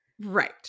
Right